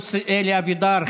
ופלוס אלי אבידר,